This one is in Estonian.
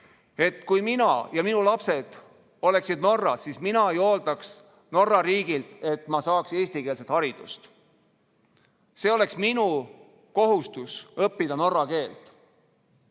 kui mina ja minu lapsed elaksime Norras, siis mina ei ootaks Norra riigilt, et ma saaksin eestikeelset haridust. Seal oleks minu kohustus õppida norra keelt.